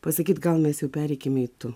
pasakyti gal mes jau pereikime į tu